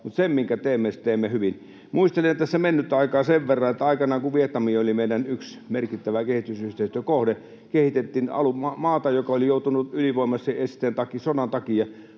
mutta sen, minkä teemme, teemme hyvin. Muistelen tässä mennyttä aikaa sen verran, että aikanaan, kun Vietnam oli meidän yksi merkittävä kehitysyhteistyökohde, kehitettiin maata, joka oli joutunut ylivoimaisen esteen takia, sodan takia,